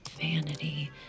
vanity